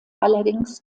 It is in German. allerdings